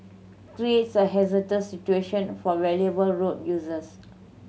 a hazardous situation for vulnerable road users